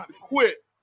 quit